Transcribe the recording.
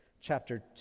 chapter